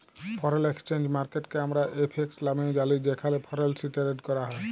foreign exchange মার্কেটকে আমরা FX লামেও জালি যেখালে ফরেলসি টেরেড ক্যরা হ্যয়